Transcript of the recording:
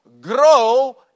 Grow